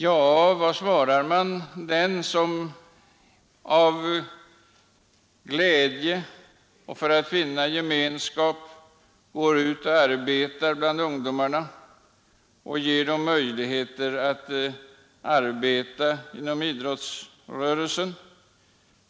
Ja, vad svarar man den som med glädje och för att finna gemenskap går ut och arbetar bland ungdomar och ger dem möjligheter att verka inom idrottsrörelsen?